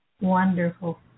Wonderful